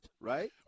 right